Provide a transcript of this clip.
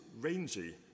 rangy